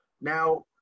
Now